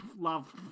love